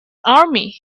army